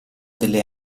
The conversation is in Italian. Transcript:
delle